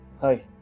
Hi